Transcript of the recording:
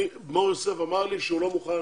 מור-יוסף אמר לי שהוא לא מוכן